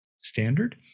standard